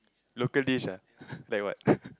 local dish ah like what